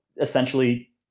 essentially